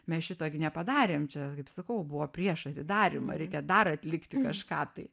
mes šito gi nepadarėm čia kaip sakau buvo prieš atidarymą reikia dar atlikti kažką tai